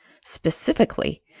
Specifically